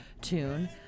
tune